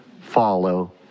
follow